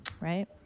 right